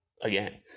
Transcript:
again